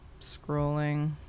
scrolling